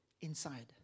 inside